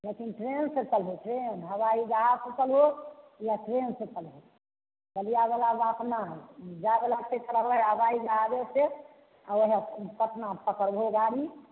लेकिन ट्रैनसँ चलहो ट्रैन हवाइ जहाजसँ चलहो या ट्रैनसँ चलहो बलिया वला बात ने हइ जाए वला हवाइ जहाजे से आ ओहए पटनामे पकरबहो गाड़ी